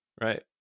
right